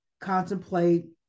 contemplate